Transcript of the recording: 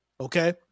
Okay